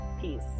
Peace